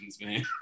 man